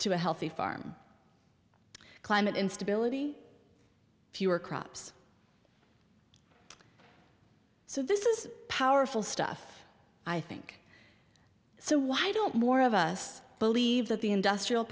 to a healthy farm climate instability if you are crops so this is powerful stuff i think so why don't more of us believe that the industrial